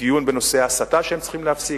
דיון בנושא ההסתה שהם צריכים להפסיק,